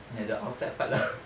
like the outside part lah